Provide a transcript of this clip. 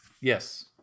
Yes